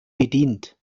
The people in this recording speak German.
bedient